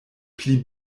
pli